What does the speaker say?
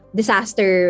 disaster